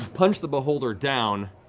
punch the beholder down